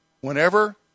Whenever